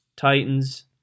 Titans